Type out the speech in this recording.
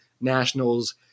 Nationals